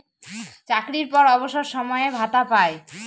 চাকরির পর অবসর সময়ে ভাতা পায়